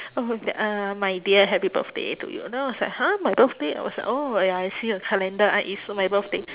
uh my dear happy birthday to you then I was like !huh! my birthday I was like oh ya I see the calendar ah it's on my birthday